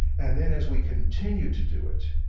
and then as we continue to do it,